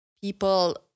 people